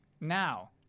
Now